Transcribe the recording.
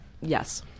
Yes